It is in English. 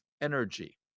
energy